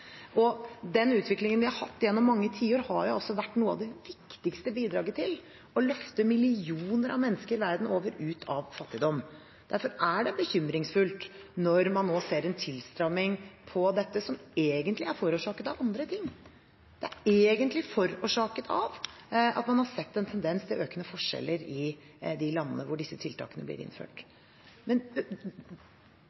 Den utviklingen vi har hatt gjennom mange tiår, har vært noe av det viktigste bidraget til å løfte millioner av mennesker verden over ut av fattigdom. Derfor er det bekymringsfullt når man nå ser en tilstramning på dette, som egentlig er forårsaket av andre ting. Det er egentlig forårsaket av at man har sett en tendens til økende forskjeller i de landene hvor disse tiltakene blir innført.